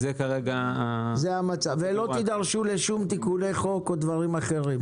לא תידרשו לשום תיקוני חוק או דברים אחרים?